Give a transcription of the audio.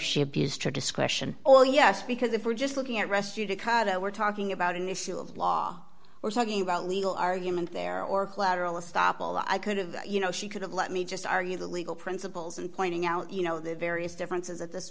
she abused her discretion or yes because if we're just looking at rest today that we're talking about an issue of law we're talking about legal argument there or collateral estoppel i could've you know she could have let me just argue the legal principles and pointing out you know the various differences of this